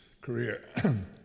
career